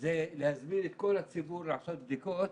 היא להזמין את כל הציבור לעשות בדיקות,